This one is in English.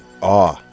awe